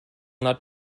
not